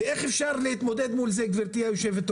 ואיך אפשר להתמודד עם זה, גברתי היושבת-ראש?